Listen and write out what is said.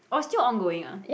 oh it's still on going ah